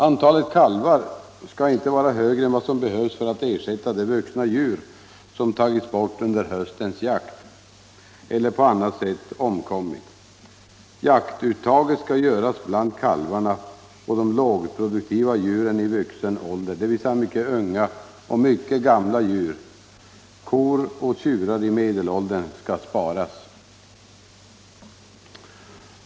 Antalet kalvar skall inte vara högre än vad som behövs för att ersätta de vuxna djur som tagits bort under höstens jakt eller på annat sätt omkommit. Jaktuttaget skall göras bland kalvarna och de lågproduktiva djuren i vuxen ålder, dvs. mycket unga och mycket gamla djur. Kor och tjurar i medelåldern skall sparas.